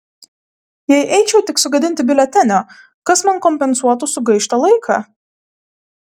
jei eičiau tik sugadinti biuletenio kas man kompensuotų sugaištą laiką